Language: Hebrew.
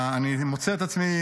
אני מוצא את עצמי